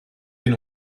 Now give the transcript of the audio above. den